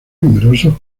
numerosos